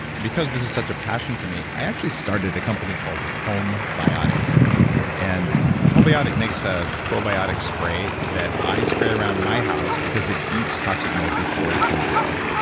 because this is such a passion for me, i actually started a company called homebiotic and homebiotic makes a probiotic spray that i spray around my house because it eats toxic mold before it can grow.